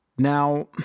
Now